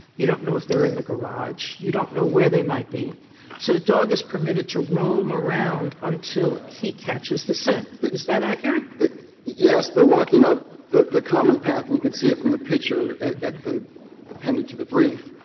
you don't know if they're in the garage, you don't know where they might be. so the dog is permitted to roam around until he catches the scent. is that accurate? garre yes. they're walking up the the common path, and you can see it from the picture at the appended to the brief,